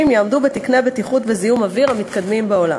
יעמדו בתקני הבטיחות והזיהום המתקדמים בעולם.